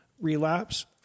relapse